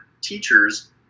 teachers